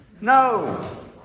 No